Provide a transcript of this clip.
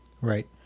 right